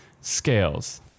scales